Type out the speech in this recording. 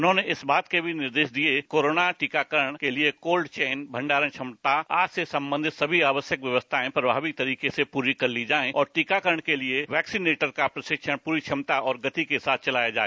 उन्होंने इस बात के भी निर्देश दिये कि कोरोना टीका करण के लिए कोल्ड चैन भंडारण क्षमता आदि से संबंधित सभी आवश्यक व्यवस्थाएं प्रभावी तरीके से पूरी कर ली जाएं और टीकाकरण के लिए वैक्सीनेटर का प्रशिक्षण प्ररी क्षमता और गति के साथ चलाया जाए